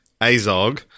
Azog